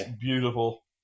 beautiful